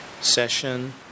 session